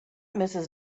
mrs